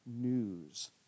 news